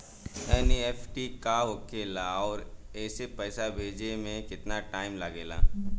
NEFT का होखे ला आउर एसे पैसा भेजे मे केतना टाइम लागेला?